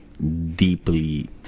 deeply